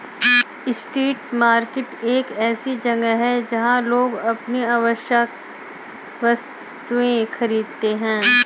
street market एक ऐसी जगह है जहां लोग अपनी आवश्यक वस्तुएं खरीदते हैं